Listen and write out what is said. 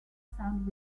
sound